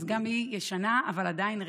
גם היא ישנה, אבל עדיין רלוונטית.